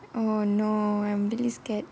oh no I'm very scared